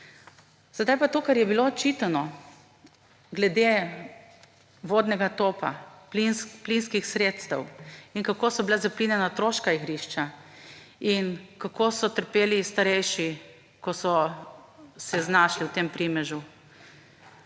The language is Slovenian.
Zdaj pa to, kar je bilo očitano glede vodnega topa, plinskih sredstev in kako so bila zaplinjena otroška igrišča in kako so trpeli starejši, ko so se znašli v tem primežu.